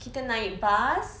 kita naik bus